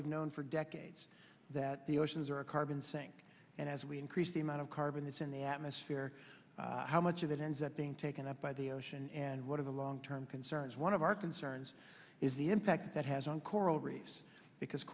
we've known for decades that the oceans are a carbon sink and as we increase the amount of carbon that's in the atmosphere how much of that ends up being taken up by the ocean and what are the long term concerns one of our concerns is the impact that has on coral reefs because